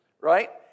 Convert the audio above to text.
Right